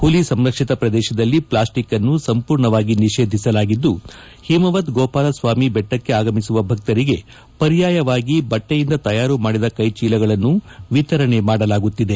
ಹುಲಿ ಸಂರಕ್ಷಿತಾ ಪ್ರದೇತದಲ್ಲಿ ಪ್ಲಾಸ್ಟಿಕ್ನ್ನು ಸಂಪೂರ್ಣವಾಗಿ ನಿಷೇದಿಸಲಾಗಿದ್ದು ಹಿಮವದ್ ಗೋಪಾಲಸ್ವಾಮಿ ಬೆಟ್ಟಕ್ಕೆ ಆಗಮಿಸುವ ಭಕ್ತರಿಗೆ ಪರ್ಯಾಯವಾಗಿ ಬಟ್ಟೆಯಿಂದ ತಯಾರು ಮಾಡಿದ ಕೈ ಚೀಲಗಳನ್ನು ವಿತರಣೆ ಮಾಡಲಾಗುತ್ತಿದೆ